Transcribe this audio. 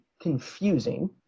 confusing